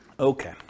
Okay